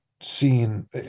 Seen